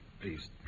Please